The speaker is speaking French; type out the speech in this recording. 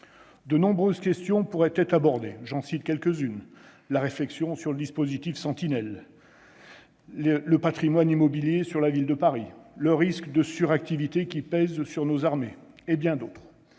De nombreuses questions pourraient être abordées : la réflexion sur le dispositif Sentinelle ; le patrimoine immobilier sur la ville de Paris ; le risque de suractivité qui pèse sur les armées ; et bien d'autres